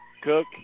Cook